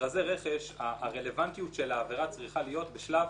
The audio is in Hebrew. במכרזי רכש הרלוונטיות של העבירה צריכה להיות בשלב